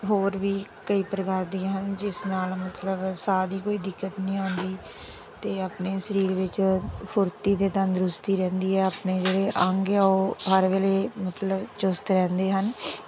ਹੋਰ ਵੀ ਕਈ ਪ੍ਰਕਾਰ ਦੀਆਂ ਹਨ ਜਿਸ ਨਾਲ ਮਤਲਬ ਸਾਹ ਦੀ ਕੋਈ ਦਿੱਕਤ ਨਹੀਂ ਆਉਂਦੀ ਅਤੇ ਆਪਣੇ ਸਰੀਰ ਵਿੱਚ ਫੁਰਤੀ ਅਤੇ ਤੰਦਰੁਸਤੀ ਰਹਿੰਦੀ ਹੈ ਆਪਣੇ ਜਿਹੜੇ ਅੰਗ ਆ ਉਹ ਹਰ ਵੇਲੇ ਮਤਲਬ ਚੁਸਤ ਰਹਿੰਦੇ ਹਨ